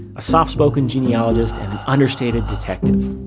a soft spoken genealogist and an understated detective.